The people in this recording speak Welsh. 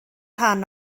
rhan